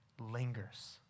lingers